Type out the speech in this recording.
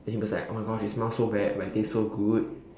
then he was like oh my gosh it smells so bad but it tastes so good